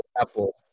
apple